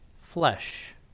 flesh